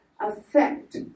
Affect